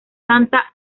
santa